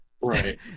Right